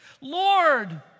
Lord